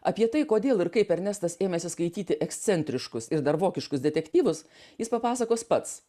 apie tai kodėl ir kaip ernestas ėmėsi skaityti ekscentriškus ir dar vokiškus detektyvus jis papasakos pats